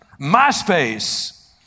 MySpace